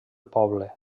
poble